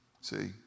See